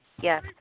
Yes